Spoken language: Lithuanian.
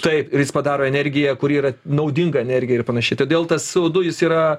taip ir jis padaro energiją kuri yra naudinga energija ir panašiai todėl tas co du jis yra